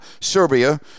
Serbia